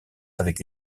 avec